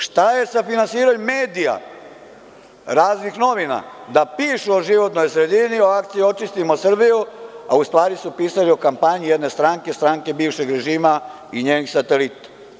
Šta je sa finansiranjem medija, raznih novina da pišu o životnoj sredini, o akciji „Očistimo Srbiju“, a u stvari su pisali o kampanji jedne stranke, stranke bivšeg režima i njenih satelita?